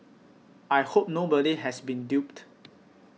I hope nobody has been duped